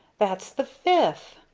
that's the fifth!